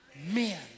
men